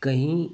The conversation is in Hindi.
कहीं